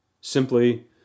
simply